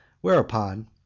Whereupon